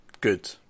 good